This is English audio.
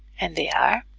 and they are,